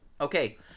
Okay